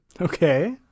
okay